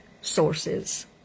sources